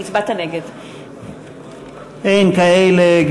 אין כאלה.